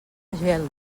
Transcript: geldo